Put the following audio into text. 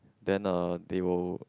then uh they will